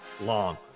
long